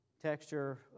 texture